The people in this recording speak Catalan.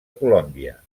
colòmbia